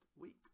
week